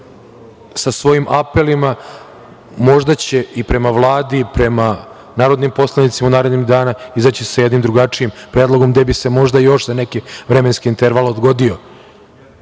sa svojim apelima, možda će i prema Vladi, prema narodnim poslanicima u narednim danima izaći sa jednim drugačijim predlogom gde bi se možda još za neke vremenski interval odgodio